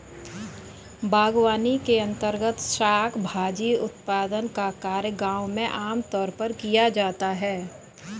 बागवानी के अंर्तगत शाक भाजी उत्पादन का कार्य गांव में आमतौर पर किया जाता है